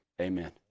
amen